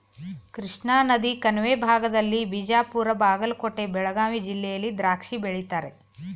ಕೃಷ್ಣಾನದಿ ಕಣಿವೆ ಭಾಗದಲ್ಲಿ ಬಿಜಾಪುರ ಬಾಗಲಕೋಟೆ ಬೆಳಗಾವಿ ಜಿಲ್ಲೆಯಲ್ಲಿ ದ್ರಾಕ್ಷಿ ಬೆಳೀತಾರೆ